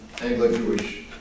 Anglo-Jewish